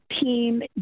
team